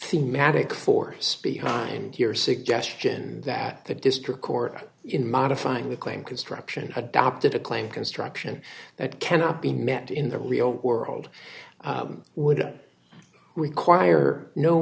thematic for speed hein your suggestion that the district court in modifying the claim construction adopted a claim construction that cannot be met in the real world would require no